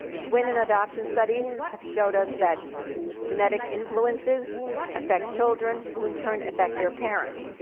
twin and adoption studies have showed us that genetic influences affect children who in turn affect their parents.